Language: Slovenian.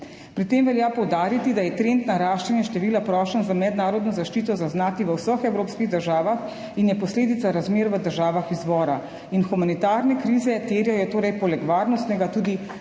Pri tem velja poudariti, da je trend naraščanja števila prošenj za mednarodno zaščito zaznati v vseh evropskih državah in je posledica razmer v državah izvora. In humanitarne krize terjajo torej poleg varnostnegatudi,